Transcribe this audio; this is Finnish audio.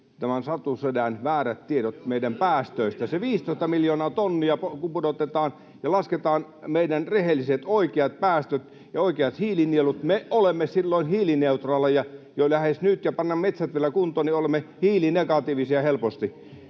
ryhmästä: Juuri näin!] kun se 15 miljoonaa tonnia pudotetaan ja lasketaan meidän rehelliset, oikeat päästöt ja oikeat hiilinielut, me olemme silloin lähes hiilineutraaleja jo nyt, ja kun pannaan metsät vielä kuntoon, niin olemme hiilinegatiivisia helposti.